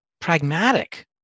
pragmatic